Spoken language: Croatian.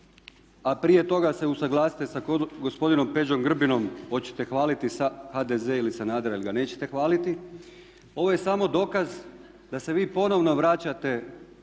A prije toga se usaglasite sa gospodinom Peđom Grbinom hoćete hvaliti HDZ ili Sanadera ili ga nećete hvaliti. Ovo je samo dokaz da se vi ponovno vraćate